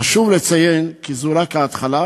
חשוב לציין כי זו רק ההתחלה,